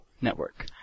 Network